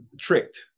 tricked